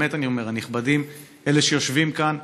באמת אני אומר "הנכבדים" אלה שיושבים כאן,